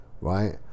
Right